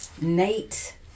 Nate